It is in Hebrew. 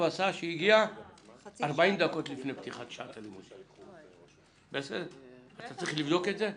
הגיע 40 דקות לפני פתיחת שעת הלימודים אתה צריך לבדוק את זה?